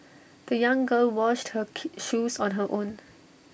the young girl washed her key shoes on her own